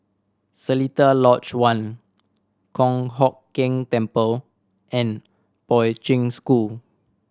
Seletar Lodge One Kong Hock Keng Temple and Poi Ching School